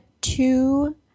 two